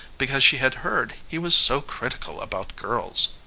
because she had heard he was so critical about girls.